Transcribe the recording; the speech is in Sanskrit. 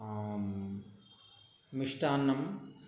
मिष्टान्नं